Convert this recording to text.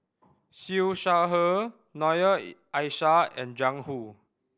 Siew Shaw Her Noor Aishah and Jiang Hu